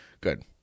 Good